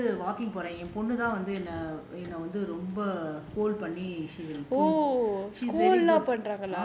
கொஞ்சம் கொஞ்சமா வந்துkonjam konjamaa vanthu walking போறேன் என் பொண்ணு தான் வந்து என்ன வந்து என்ன பண்ணி:poraen en ponnu thaan vanthu enna vanthu enna panni